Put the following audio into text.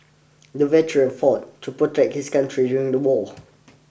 the veteran fought to protect his country during the war